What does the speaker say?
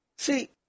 See